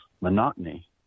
Monotony